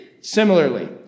Similarly